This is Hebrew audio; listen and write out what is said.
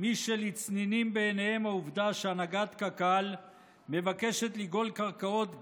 מי שלצנינים בעיניהם העובדה שהנהגת קק"ל מבקשת לגאול קרקעות גם,